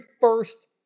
first